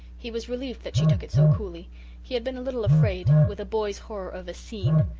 he was relieved that she took it so coolly he had been a little afraid, with a boy's horror of a scene.